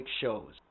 shows